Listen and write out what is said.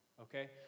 Okay